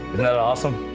that awesome?